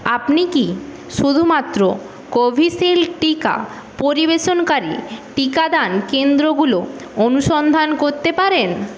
আপনি কি শুধুমাত্র কোভিশিল্ড টিকা পরিবেশনকারী টিকাদান কেন্দ্রগুলো অনুসন্ধান করতে পারেন